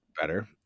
better